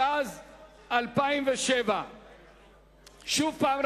התשס"ז 2007. שוב פעם,